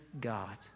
God